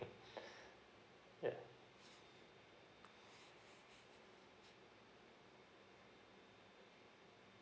yeah